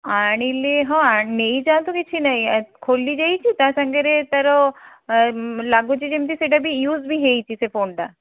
ଆଣିଲି ହଁ ନେଇଯାଆନ୍ତୁ କିଛି ନାହିଁ ଖୋଲିଯାଇଛି ତାସାଙ୍ଗରେ ତାର ଲାଗୁଛି ଯେମିତି ସେଇଟା ବି ୟୁଜ୍ ବି ହେଇଛି ସେ ଫୋନ୍ଟା